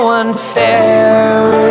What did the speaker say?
unfair